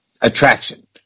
attraction